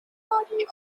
body